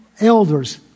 elders